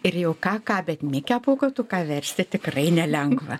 ir jau ką ką bet mikę pūkuotuką versti tikrai nelengva